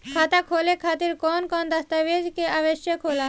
खाता खोले खातिर कौन कौन दस्तावेज के आवश्यक होला?